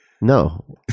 No